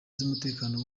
z’umutekano